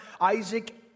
Isaac